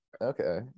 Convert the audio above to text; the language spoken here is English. okay